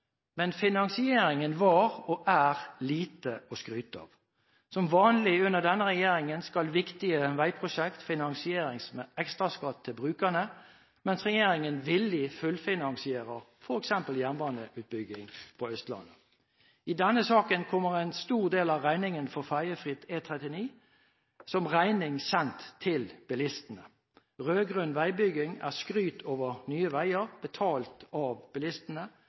lite å skryte av. Som vanlig under denne regjeringen, skal viktige veiprosjekter finansieres med ekstraskatt til brukerne, mens regjeringen villig fullfinansierer f.eks. jernbaneutbygging på Østlandet. I denne saken kommer en stor del av regningen for Ferjefri E39, som regning sendt til bilistene. Rød-grønn veibygging er skryt over nye veier, betalt av bilistene.